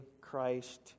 Christ